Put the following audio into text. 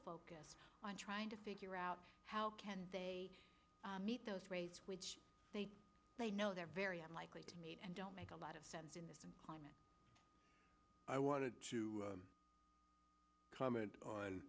focused on trying to figure out how can they meet those rates which they know they're very unlikely to meet and don't make a lot of sense in this climate i wanted to comment on